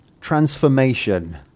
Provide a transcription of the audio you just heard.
Transformation